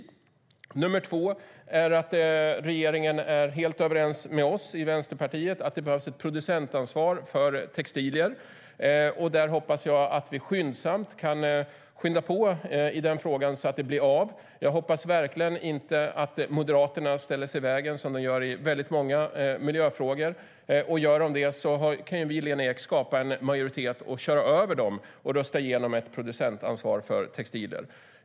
För det andra tolkar jag debatten som att regeringen är helt överens med oss i Vänsterpartiet om att det behövs ett producentansvar för textilier. Där hoppas jag att vi kan skynda på i frågan så att det blir av. Jag hoppas verkligen att Moderaterna inte ställer sig i vägen, som de gör i många miljöfrågor. Och gör de det kan ju vi, Lena Ek, skapa en majoritet, köra över dem och rösta igenom ett producentansvar för textilier.